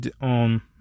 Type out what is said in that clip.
on